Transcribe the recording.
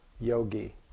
yogi